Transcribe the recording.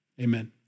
amen